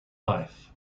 life